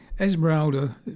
Esmeralda